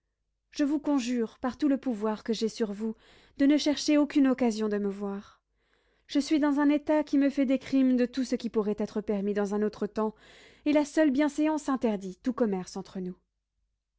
je vous conjure par tout le pouvoir que j'ai sur vous de ne chercher aucune occasion de me voir je suis dans un état qui me fait des crimes de tout ce qui pourrait être permis dans un autre temps et la seule bienséance interdit tout commerce entre nous